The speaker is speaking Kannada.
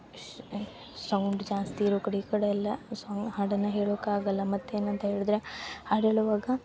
ಶ್ ಸೌಂಡ್ ಜಾಸ್ತಿ ಇರೋ ಕಡೆ ಈ ಕಡೆ ಎಲ್ಲ ಸಾಂಗ್ ಹಾಡನ್ನು ಹೇಳುಕ್ಕಾಗಲ್ಲ ಮತ್ತೇನು ಅಂತ ಹೇಳಿದ್ರೆ ಹಾಡೇಳುವಾಗ